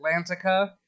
Atlantica